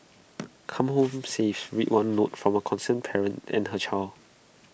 come home safe read one note from A concerned parent and her child